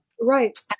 right